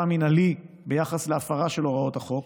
מינהלי ביחס להפרה של הוראות החוק,